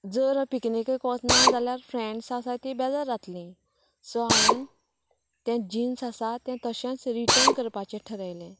जर पिकनीकेक वचना जाल्यार फ्रेंड्स आसात तीं बेजार जातलीं सो हांवेन तें जिन्स आसा तें तशेंच रिटर्न करपाचें थारयलें